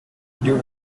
due